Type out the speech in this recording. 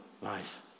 life